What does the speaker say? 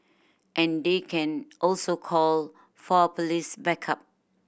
and they can also call for police backup